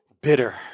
bitter